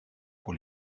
pour